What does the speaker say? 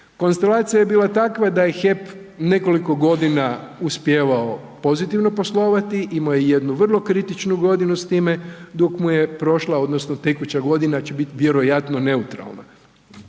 Konstalacija je bila takva da je HEP nekoliko godina uspijevao pozitivno poslovati, imao je jednu vrlo kritičnu godinu s time, dok mu je prošla odnosno tekuća godina će bit vjerojatno neutralna.